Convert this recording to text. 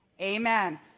Amen